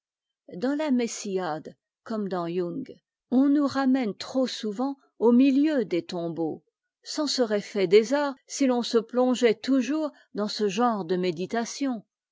bans la afemtsde comme dans yoùng on nous ramène trop souvent au milieu des tombeaux c'en serait fait des arts sl l'on se plongeait toujours dans ce genre de méditation